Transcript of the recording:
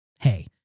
hey